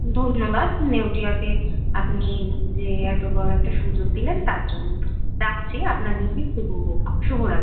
ধন্যবাদ নেউটয়াকে আপনি যে এতো বড়ো একটা সুযোগ দিলেন তার জন্য রাখছি আপনার দিনটি শুভ হোক শুভ রাত্রি